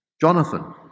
Jonathan